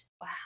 Wow